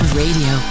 radio